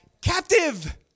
captive